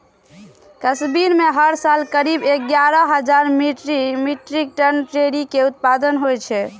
कश्मीर मे हर साल करीब एगारह हजार मीट्रिक टन चेरी के उत्पादन होइ छै